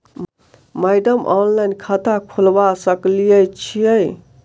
Madam online खाता खोलबा सकलिये छीयै?